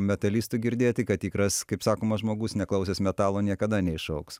metalistų girdėti kad tikras kaip sakoma žmogus neklausęs metalo niekada neišaugs